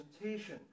presentation